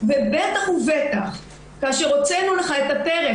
בטח ובטח כאשר הוצאנו לך את הטרף.